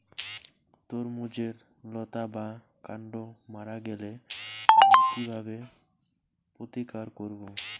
তরমুজের লতা বা কান্ড মারা গেলে আমি কীভাবে প্রতিকার করব?